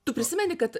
tu prisimeni kad